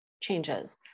changes